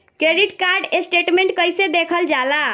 Credit card statement कइसे देखल जाला?